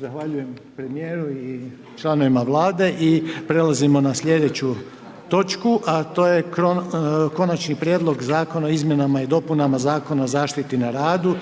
**Reiner, Željko (HDZ)** prelazimo na sljedeću točku, a to je - Konačni prijedlog zakona o izmjenama i dopunama Zakona o zaštiti na radu,